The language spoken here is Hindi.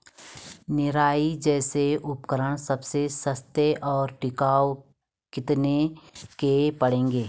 निराई जैसे उपकरण सबसे सस्ते और टिकाऊ कितने के पड़ेंगे?